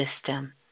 system